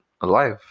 alive